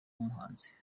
wumuhanzi